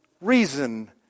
reason